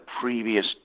previous